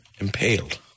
Impaled